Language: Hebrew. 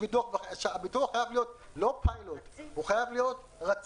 הביטוח חייב להיות לא פיילוט אלא רציף.